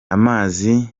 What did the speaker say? amazi